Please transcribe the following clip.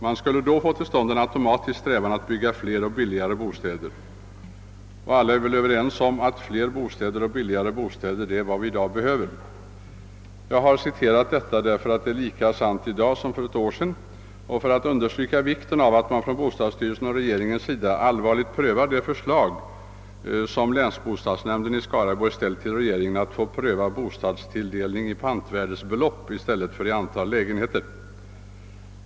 Man skulle då få till stånd en automatisk strävan att bygga fler och billigare bostäder ———, och alla är väl överens om att fler bostäder och billigare bostäder, det är vad vi i dag behöver.» Jag har citerat detta därför att det är lika sant i dag som för ett år sedan och för att understryka vikten av att man från bostadsstyrelsens och regeringens sida allvarligt prövar det förslag som länsbostadsnämnden i Skaraborgs län tillställt regeringen i syfte att få pröva bostadstilldelningen i pantvärdesbelopp i stället för i antal lägenheter.